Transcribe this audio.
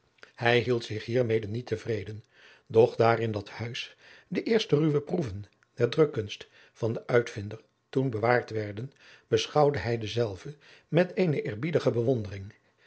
hij hield zich hiermede niet te vreden doch daar in dat huis de eerste ruwe proeven der drukkunst van den uitvinder toen bewaard werden beschouwde hij dezelve met eene eerbiedige bewondering